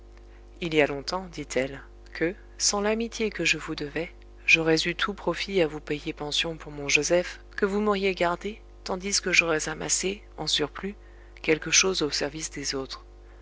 il y a longtemps dit-elle que sans l'amitié que je vous devais j'aurais eu tout profit à vous payer pension pour mon joseph que vous m'auriez gardé tandis que j'aurais amassé en surplus quelque chose au service des autres